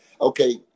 okay